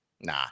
Nah